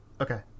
Okay